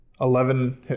Eleven